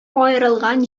аерылган